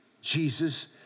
Jesus